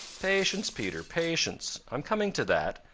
patience, peter, patience. i'm coming to that,